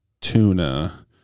tuna